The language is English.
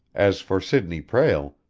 as for sidney prale,